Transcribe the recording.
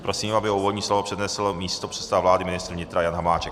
Prosím, aby úvodní slovo přednesl místopředseda vlády a ministr vnitra Jana Hamáček.